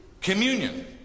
communion